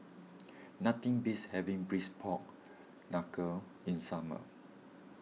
nothing beats having Braised Pork Knuckle in summer